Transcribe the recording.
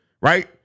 Right